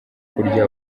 kurya